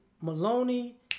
Maloney